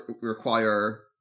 require